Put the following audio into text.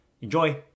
Enjoy